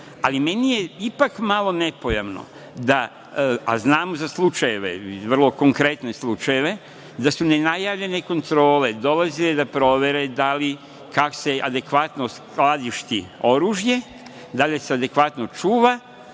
Ali, meni je ipak malo nepojamno da, a znamo za slučajeve, vrlo konkretne slučajeve, da su nenajavljene kontrole dolazile da provere da li se adekvatno skladišti oružje, da li se adekvatno čuva